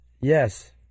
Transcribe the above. Yes